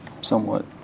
Somewhat